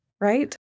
right